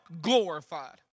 glorified